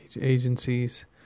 agencies